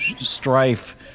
strife